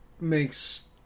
makes